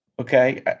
Okay